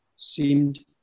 seemed